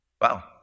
Wow